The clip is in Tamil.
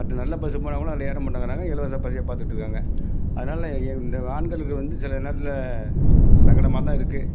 பத்து நல்ல பஸ்ஸு போனால் கூட அதில் ஏறமாட்டேங்கிறாங்க இலவச பஸ்ஸே பார்த்துகிட்டுருக்காங்க அதனால இந்த ஆண்களுக்கு வந்து சில நேரத்தில் சங்கடமாக தான் இருக்குது